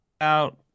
Out